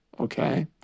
Okay